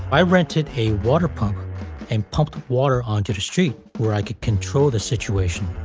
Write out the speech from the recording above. i rented a water pump and pumped water on to the street where i could control the situation.